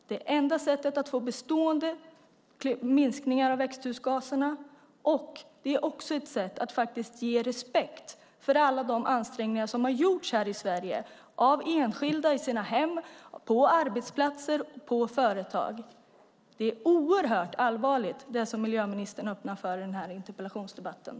Det är det enda sättet att få bestående minskningar av växthusgaserna. Det är också ett sätt att visa respekt för alla de ansträngningar som har gjorts här i Sverige av enskilda i sina hem, på arbetsplatser och på företag. Det som miljöministern öppnar för i debatten är oerhört allvarligt.